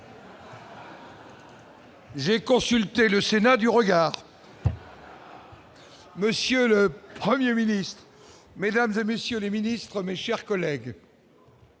J'ai consulté le sénat du regard. Monsieur le 1er Ministre Mesdames et messieurs les ministres, mes chers collègues.